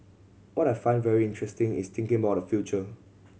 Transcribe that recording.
what I find very interesting is thinking about the future